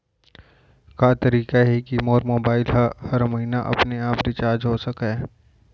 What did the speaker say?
का तरीका हे कि मोर मोबाइल ह हर महीना अपने आप रिचार्ज हो सकय?